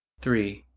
three.